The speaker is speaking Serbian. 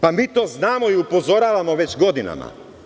Pa, mi to znamo i upozoravamo već godinama.